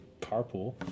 carpool